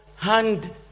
Hand